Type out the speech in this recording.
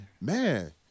man